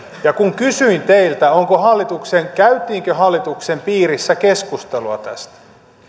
ja kun kysyin teiltä käytiinkö hallituksen piirissä keskustelua tästä